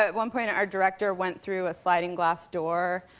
ah one point, ah our director went through a sliding glass door.